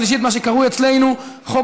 חוק